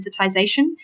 sensitization